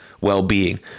well-being